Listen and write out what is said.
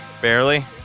barely